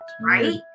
Right